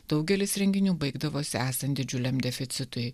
daugelis renginių baigdavosi esant didžiuliam deficitui